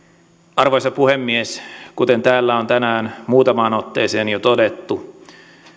arvoisa puhemies kuten täällä on tänään muutamaan otteeseen jo todettu